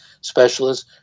specialists